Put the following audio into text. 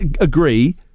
agree